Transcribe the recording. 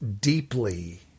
deeply